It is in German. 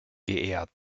geehrt